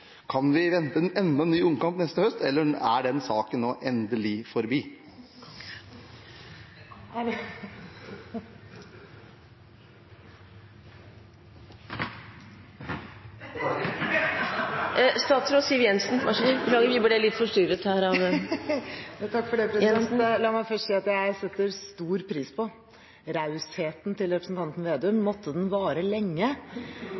Kan vi vente enda en ny omkamp neste høst, eller er denne saken nå endelig forbi? La meg først si at jeg setter stor pris på rausheten til representanten Slagsvold Vedum. Måtte den vare lenge. La meg deretter si at jeg